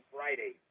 Friday